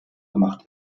gemacht